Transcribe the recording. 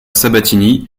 sabatini